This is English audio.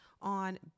on